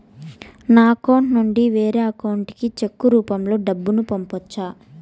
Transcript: నా అకౌంట్ నుండి వేరే అకౌంట్ కి చెక్కు రూపం లో డబ్బును పంపొచ్చా?